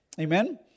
Amen